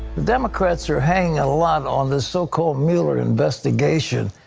the democrats are hanging ah lot on the so-called mueller investigation,